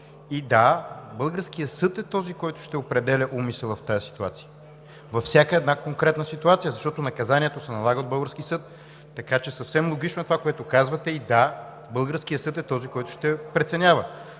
И да, българският съд е този, който ще определя умисъла в тази ситуация – във всяка една конкретна ситуация, защото наказанието се налага от български съд. Така че съвсем логично е това, което казвате, и да, българският съд е този, който ще преценява.